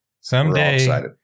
Someday